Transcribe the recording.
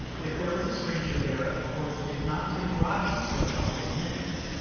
if there was a stranger there of course it knocked him groggy for a couple of minutes,